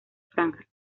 franja